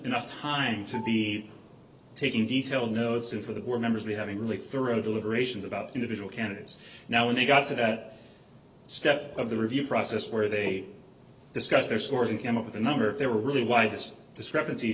enough time to be taking detail notes in for the were members be having really thorough deliberations about individual candidates now when they got to that step of the review process where they discussed their scores and came up with a number if they were really why this discrepancy